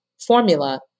formula